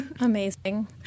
amazing